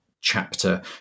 chapter